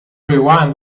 rewind